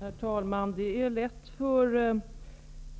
Herr talman! Det är lätt för